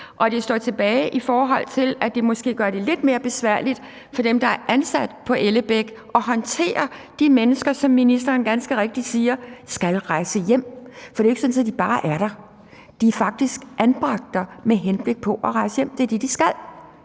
der står tilbage, er, at det måske gør det lidt mere besværligt for dem, der er ansat på Ellebæk, at håndtere de mennesker, som ministeren ganske rigtigt siger skal rejse hjem. For det er jo ikke sådan, at de bare skal være der. De er faktisk anbragt der med henblik på at rejse hjem. Det er det, de skal.